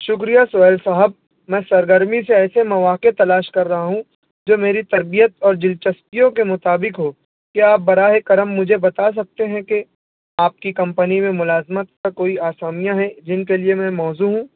شکریہ سہیل صاحب میں سرگرمی سے ایسے مواقعے تلاش کر رہا ہوں جو میری تربیت اور دلچسپیوں کے مطابق ہو کیا آپ براہ کرم مجھے بتا سکتے ہیں کہ آپ کی کمپنی میں ملازمت کا کوئی آسامیاں ہیں جن کے لیے میں موزوں ہوں